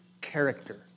character